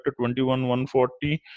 21,140